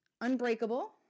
unbreakable